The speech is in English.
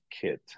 kit